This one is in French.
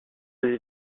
des